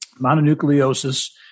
mononucleosis